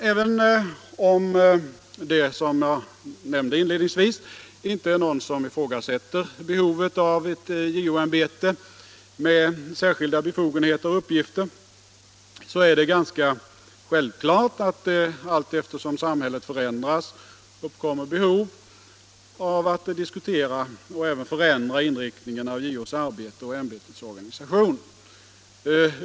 Även om det, som jag inledningsvis nämnde, inte är någon som ifrågasätter behovet av ett JO-ämbete med särskilda befogenheter och uppgifter, är det ganska självklart att det allteftersom samhället förändras uppkommer behov av att diskutera och även förändra inriktningen av JO:s arbete och ämbetets organisation.